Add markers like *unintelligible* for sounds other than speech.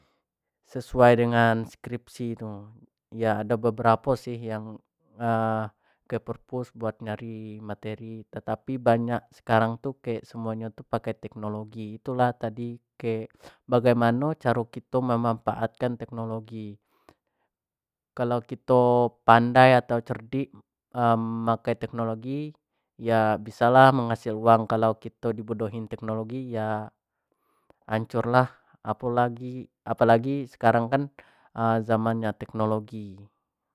Sesuai dengan skripsi itu ya ada beberapa sih yang ke perpus buat nyari materi tetapi banyak sekarang tuh kek semuanya tuh pakai teknologi itulah tadi ke bagaimana cara kita memanfaatkan teknologi kalau kita pandai atau cerdik memakai teknologi ya bisalah menghasilkan uang kalau kita dibodohin teknologi ya hancurlah apalagi apalagi sekarang kan zaman *unintelligible*